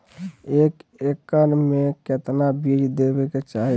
एक एकड़ मे केतना बीज देवे के चाहि?